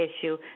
issue